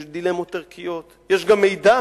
יש דילמות ערכיות, יש גם מידע